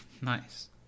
Nice